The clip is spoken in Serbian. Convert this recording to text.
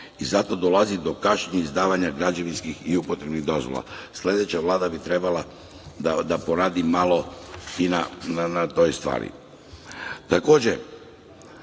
i zato dolazi do kašnjenja izdavanja građevinskih i upotrebnih dozvola. Sledeća Vlada bi trebala da poradi malo i na toj stvari. Takođe